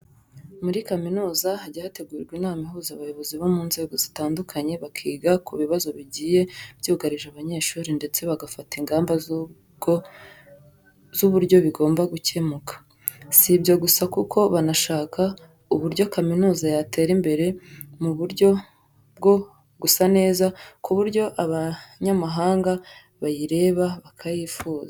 Muri kaminuza hajya hategurwa inama ihuza abayobozi bo mu nzego zitandukanye bakiga ku bibazo bigiye byugarije abanyeshuri ndetse bagafata ingamba z'uburyo bigomba gukemuka. Si ibyo gusa kuko banashaka uburyo kaminuza yatera imbere mu buryo bwo gusa neza ku buryo abanyamahanga bayireba bakayifuza.